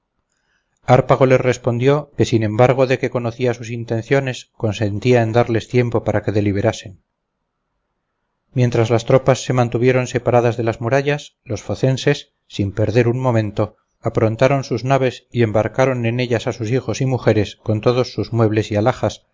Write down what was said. tropas hárpago les respondió que sin embargo de que conocía sus intenciones consentía en darles tiempo para que deliberasen mientras las tropas se mantuvieron separadas de las murallas los focenses sin perder momento aprontaron sus naves y embarcaron en ellas a sus hijos y mujeres con todos sus muebles y alhajas